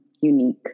unique